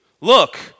Look